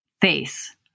face